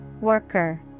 Worker